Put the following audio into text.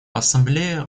ассамблея